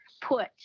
put